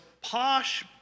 posh